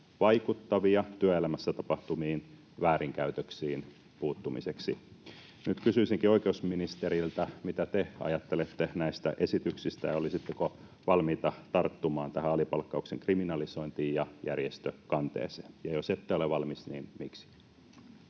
vaikuttavia työelämässä tapahtuviin väärinkäytöksiin puuttumiseksi. Nyt kysyisinkin oikeusministeriltä, mitä te ajattelette näistä esityksistä. Olisitteko valmis tarttumaan tähän alipalkkauksen kriminalisointiin ja järjestökanteeseen, ja jos ette ole valmis, niin miksi?